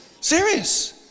Serious